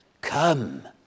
Come